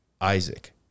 Isaac